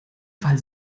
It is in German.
fall